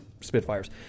Spitfires